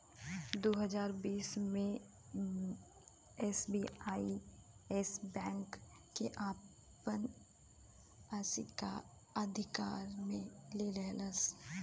दू हज़ार बीस मे एस.बी.आई येस बैंक के आपन अशिकार मे ले लेहलस